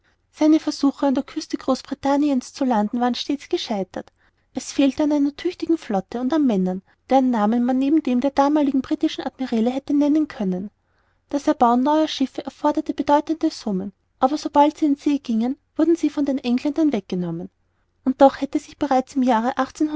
seine versuche an der küste großbritannien's zu landen waren stets gescheitert es fehlte an einer tüchtigen flotte und an männern deren namen man neben dem der damaligen britischen admirale hätte nennen können das erbauen neuer schiffe erforderte bedeutende summen aber sobald sie in see gingen wurden sie von den engländern weggenommen und doch hätte sich bereits im jahre